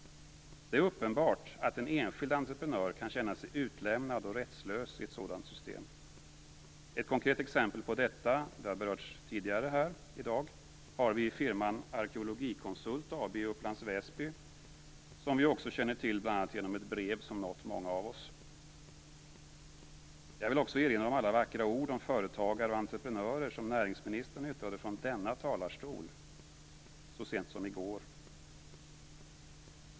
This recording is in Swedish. Det är uppenbart att en enskild entreprenör kan känna sig utlämnad och rättslös i ett sådant system. Ett konkret exempel på detta, som har berörts tidigare här i dag, har vi i firman Arkeologikonsult AB i Upplands Väsby, som vi också känner till bl.a. genom ett brev som nått många av oss. Jag vill också erinra om alla vackra ord om företagare och entreprenörer som näringsministern yttrade från denna talarstol så sent som i går.